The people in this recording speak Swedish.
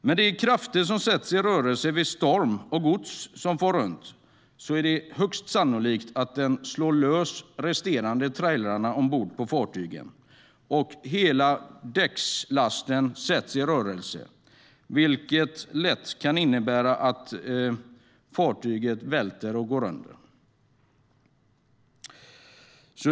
Med de krafter som sätts i rörelse vid storm och när gods far runt är det högst sannolikt att resterande trailrar slås lösa ombord på fartygen och att hela däckslasten sätts i rörelse, vilket lätt kan innebära att fartyget välter och går under.